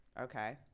Okay